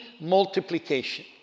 multiplication